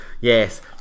Yes